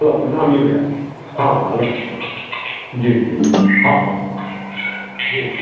hello प्रणाम यौ भइया हँ हँ प्रणाम प्रणाम जी जी हँ हँ जी